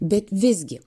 bet visgi